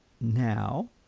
now